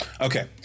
Okay